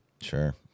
Sure